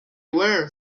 were